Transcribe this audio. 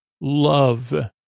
love